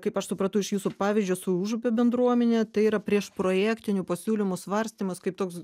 kaip aš supratau iš jūsų pavyzdžio su užupio bendruomene tai yra prieš projektinių pasiūlymų svarstymas kaip toks